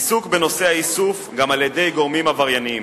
עיסוק בנושא האיסוף גם על-ידי גורמים עברייניים.